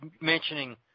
mentioning